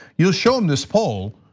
you'll show them this poll,